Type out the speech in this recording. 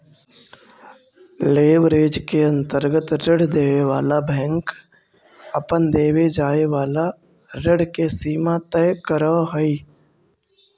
leverage के अंतर्गत ऋण देवे वाला बैंक अपन देवे जाए वाला ऋण के सीमा तय करऽ हई